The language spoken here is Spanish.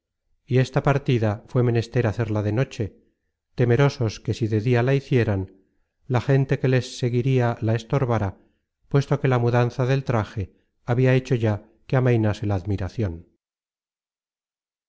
y esta partida fué menester hacerla de noche temerosos que si de dia la hicieran la gente que les seguiria la estorbara puesto que la mudanza del traje habia hecho ya que amainase la admiracion